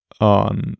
on